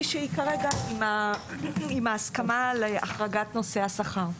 שהיא כרגע עם ההסכמה להחרגת נושא השכר.